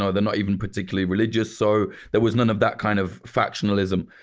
ah they're not even particularly religious. so there was none of that kind of factionalism.